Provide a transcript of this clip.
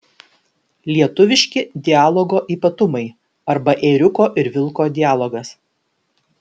lietuviški dialogo ypatumai arba ėriuko ir vilko dialogas